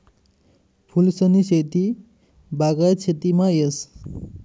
फूलसनी शेती बागायत शेतीमा येस